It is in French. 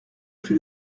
plus